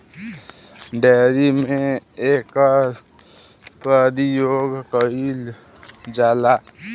dairy में एकर परियोग कईल जाला